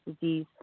disease